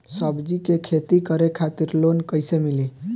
सब्जी के खेती करे खातिर लोन कइसे मिली?